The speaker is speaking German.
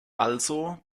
also